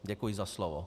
Děkuji za slovo.